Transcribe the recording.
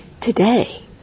today